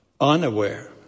unaware